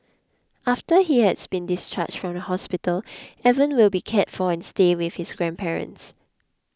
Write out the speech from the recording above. after he has been discharged from the hospital Evan will be cared for and stay with his grandparents